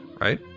right